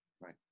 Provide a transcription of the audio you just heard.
right